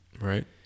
Right